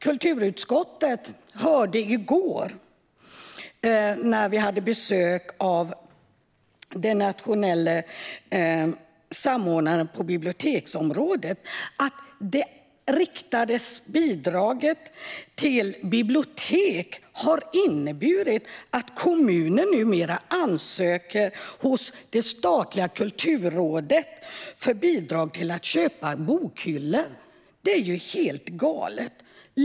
Kulturutskottet hörde i går, då vi hade besök av den nationella samordnaren på biblioteksområdet, att det riktade bidraget till bibliotek har inneburit att kommuner numera ansöker hos Statens kulturråd om bidrag till att köpa bokhyllor. Det är ju helt galet!